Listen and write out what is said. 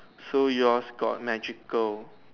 so yours got magical